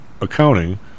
accounting